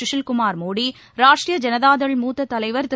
கசில்குமார் மோடி ராஷ்ட்ரிய ஜனதா தள் மூத்த தலைவர் திரு